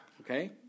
Okay